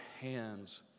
hands